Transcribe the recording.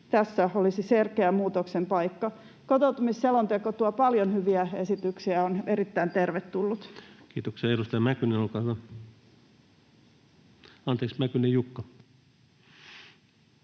Tässä olisi selkeä muutoksen paikka. Kotoutumisselonteko tuo paljon hyviä esityksiä ja on erittäin tervetullut. Kiitoksia. — Edustaja Mäkynen, Jukka, olkaa hyvä. Arvoisa herra